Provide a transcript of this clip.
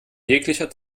jeglicher